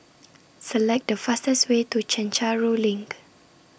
Select The fastest Way to Chencharu LINK